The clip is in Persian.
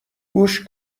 گوش